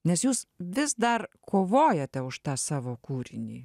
nes jūs vis dar kovojate už tą savo kūrinį